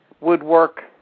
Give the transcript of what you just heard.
woodwork